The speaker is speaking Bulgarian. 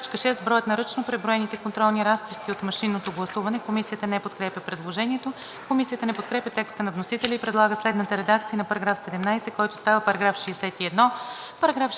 т. 6: „6. броят на ръчно преброените контролни разписки от машинното гласуване.“ Комисията не подкрепя предложението. Комисията не подкрепя текста на вносителя и предлага следната редакция на § 17, който става § 61: „§